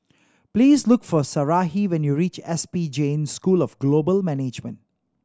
please look for Sarahi when you reach S P Jain School of Global Management